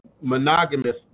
monogamous